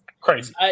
crazy